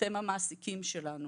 אתם המעסיקים שלנו,